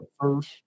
first